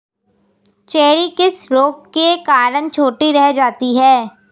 Cherry किस रोग के कारण छोटी रह जाती है?